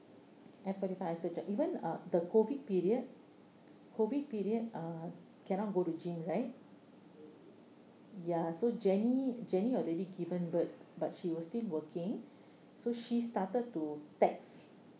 even uh the COVID period COVID period uh cannot go to gym right ya so jenny jenny already given birth but she was still working so she started to text